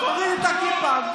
תוריד את הכיפה.